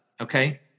okay